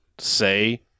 say